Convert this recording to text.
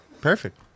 perfect